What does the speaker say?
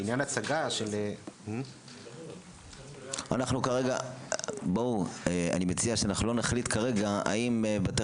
לעניין ההצגה --- אני מציע שאנחנו לא נחליט כרגע האם בתי